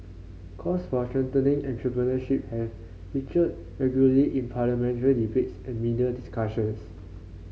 calls for strengthening entrepreneurship have featured regularly in parliamentary debates and media discussions